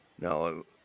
No